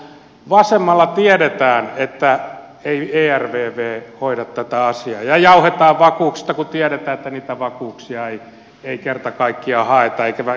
vasemmalla tiedetään että ei ervv hoida tätä asiaa ja jauhetaan vakuuksista kun tiedetään että niitä vakuuksia ei kerta kaikkiaan haeta eivätkä ne kuulu tähän